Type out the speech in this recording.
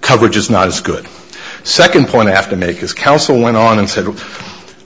coverage is not as good a second point to have to make as counsel went on and said in